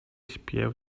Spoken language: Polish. śpiew